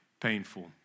painful